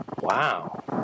Wow